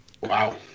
Wow